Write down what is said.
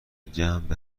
جمع